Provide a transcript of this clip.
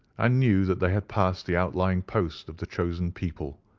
and knew that they had passed the outlying post of the chosen people,